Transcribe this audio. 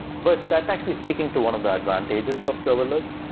but that's actually speaking to one of the advantages of serverless,